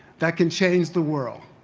that can change the world.